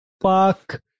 Fuck